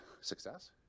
success